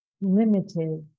limited